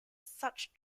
such